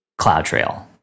CloudTrail